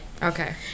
Okay